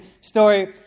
story